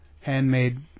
handmade